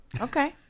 Okay